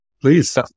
Please